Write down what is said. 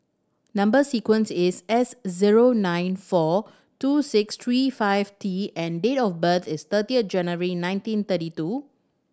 number sequence is S zero nine four two six three five T and date of birth is thirty of January nineteen thirty two